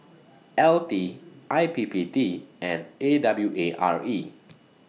L T I P P T and A W A R E